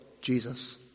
Jesus